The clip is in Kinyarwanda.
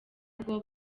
bwo